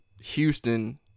Houston